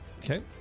Okay